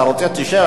אתה רוצה, תשב.